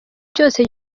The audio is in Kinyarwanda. cyose